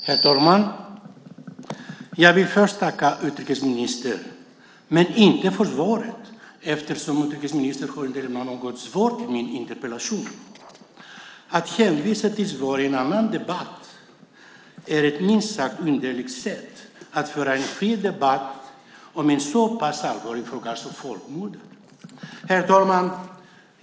Herr talman! Jag vill först tacka utrikesministern - men inte för svaret eftersom utrikesministern inte lämnade något svar på min interpellation. Att hänvisa till svar i en annan debatt är ett minst sagt underligt sätt att föra en fri debatt om en så pass allvarlig fråga som folkmorden.